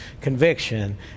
conviction